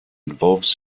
involves